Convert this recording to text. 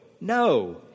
No